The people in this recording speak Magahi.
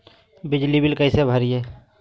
बिजली बिल कैसे भरिए?